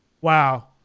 Wow